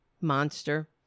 monster